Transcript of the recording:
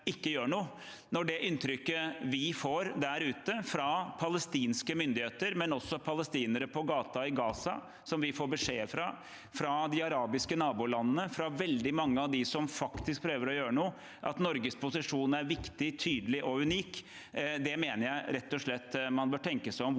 ikke gjør noe – samtidig som inntrykket vi får der ute fra palestinske myndigheter og fra palestinere på gaten i Gaza som vi får beskjed fra, fra de arabiske nabolandene og fra veldig mange av dem som faktisk prøver å gjøre noe, er at Norges posisjon er viktig, tydelig og unik – mener jeg man rett og slett bør tenke over